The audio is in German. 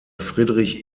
friedrich